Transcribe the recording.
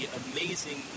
amazing